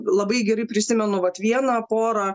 labai gerai prisimenu vat vieną porą